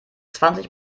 zwanzig